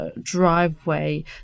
driveway